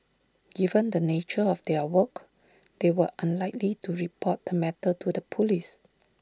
given the nature of their work they were unlikely to report the matter to the Police